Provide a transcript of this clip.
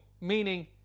meaning